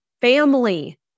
family